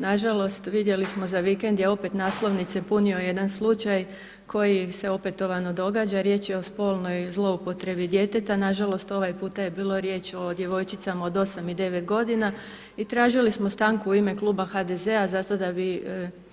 Nažalost, vidjeli smo za vikend je opet naslovnice punio jedan slučaj koji se opetovano događa, riječ je o spolnoj zloupotrebi djeteta, nažalost ovaj puta je bilo riječ o djevojčicama od osam i devet godina i tražili smo stanku u ime kluba HDZ-a zato da bi